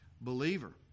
believer